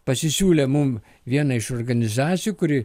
pasisiūlė mum viena iš organizacijų kuri